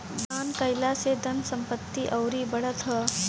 दान कईला से धन संपत्ति अउरी बढ़त ह